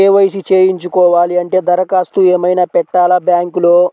KYC చేయించుకోవాలి అంటే దరఖాస్తు ఏమయినా పెట్టాలా బ్యాంకులో?